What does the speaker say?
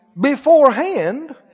beforehand